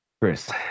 Chris